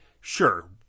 Sure